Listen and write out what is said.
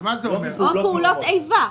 או פעולות איבה.